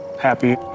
happy